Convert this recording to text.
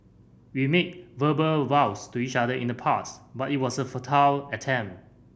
we made verbal vows to each other in the past but it was a futile attempt